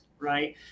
right